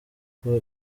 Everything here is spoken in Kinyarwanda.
kuko